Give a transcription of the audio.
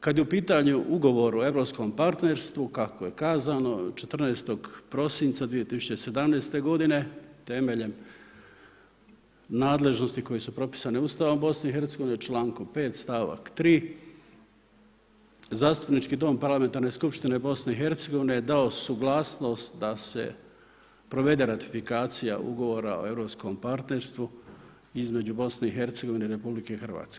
Kad je u pitanju ugovor o europskom partnerstvu, kako je kazano, 14. prosinca 2017. godine temeljem nadležnosti koje su propisane Ustavom BiH, člankom 5. stavak 3. zastupnički dom parlamentarne skupštine BiH je dao suglasnost da se provede ratifikacija ugovora o europskom partnerstvu između BiH i RH.